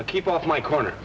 i keep off my corner